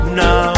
no